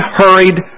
hurried